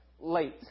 late